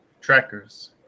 Trackers